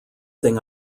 thing